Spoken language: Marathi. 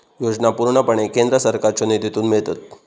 योजना पूर्णपणे केंद्र सरकारच्यो निधीतून मिळतत